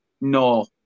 no